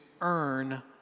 earn